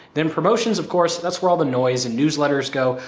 then promotions, of course, that's where all the noise and newsletters go,